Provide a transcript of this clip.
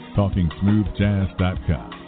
talkingsmoothjazz.com